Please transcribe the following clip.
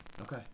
Okay